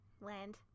land